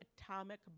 atomic